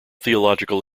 theological